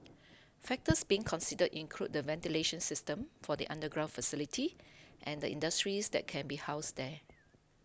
factors being considered include the ventilation system for the underground facility and the industries that can be housed there